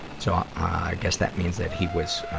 so i guess that means that he was, ah,